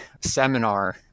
seminar